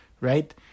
right